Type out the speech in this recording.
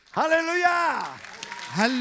hallelujah